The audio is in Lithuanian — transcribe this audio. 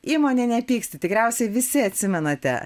įmonė nepyksti tikriausiai visi atsimenate